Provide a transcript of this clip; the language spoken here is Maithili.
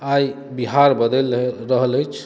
आइ बिहार बदलि रह रहल अछि